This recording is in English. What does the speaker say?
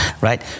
right